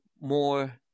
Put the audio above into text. more